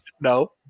No